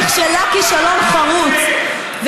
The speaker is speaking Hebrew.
נכשלה כישלון חרוץ.